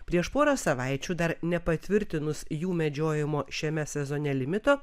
prieš porą savaičių dar nepatvirtinus jų medžiojimo šiame sezone limito